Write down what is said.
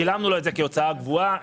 שילמנו לו את השכירות כהוצאה קבועה.